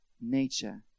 nature